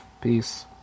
Peace